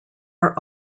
are